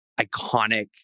iconic